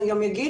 אני גם אגיד